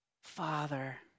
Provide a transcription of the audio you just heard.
Father